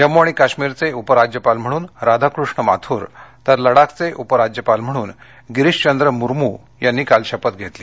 जम्मू आणि काश्मीरचे उपराज्यपाल म्हणून राधाकृष्ण माथूर तर लडाखचे उपराज्यपाल म्हणून गिरिशचंद्र मुरमू यांनी काल शपथ घेतली